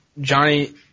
Johnny